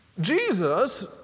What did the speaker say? Jesus